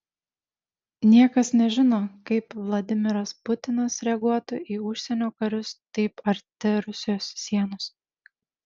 niekas nežino kaip vladimiras putinas reaguotų į užsienio karius taip arti rusijos sienos